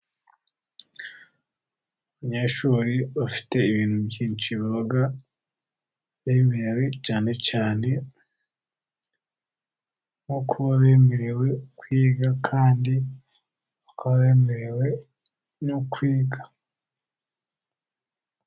Abanyeshuri bafite ibintu byinshi baba beremerewe, cyane cyane nko kuna bemerewe kwiga, kandi bakab bemerewe no kwiga.